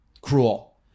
cruel